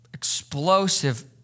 Explosive